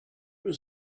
was